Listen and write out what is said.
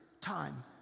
time